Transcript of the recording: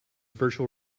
virtual